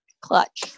clutch